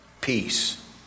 peace